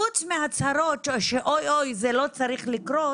חוץ מהצהרות של אוי זה לא צריך לקרות,